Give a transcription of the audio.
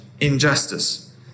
injustice